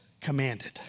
commanded